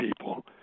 people